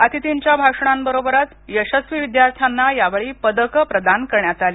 अतिथींच्य भाषणाबरोबरच यशस्वी विद्यार्थ्यांना यावेळी पदकं प्रदान केली